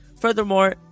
Furthermore